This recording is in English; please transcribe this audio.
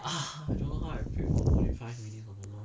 ah